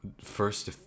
first